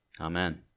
Amen